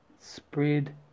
spread